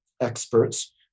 experts